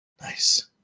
Nice